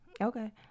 Okay